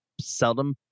seldom